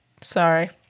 Sorry